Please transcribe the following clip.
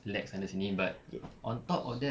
lag sana sini but on top of that